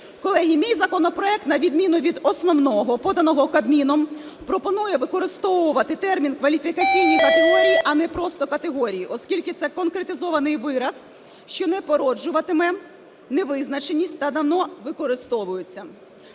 Колеги, мій законопроект, на відміну від основного, поданого Кабміном, пропонує використовувати термін "кваліфікаційні категорії", а не просто "категорії". Оскільки це конкретизований вираз, що не породжуватиме невизначеність та давно використовується.